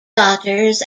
daughters